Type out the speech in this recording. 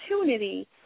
opportunity